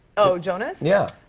oh, jonas? yeah.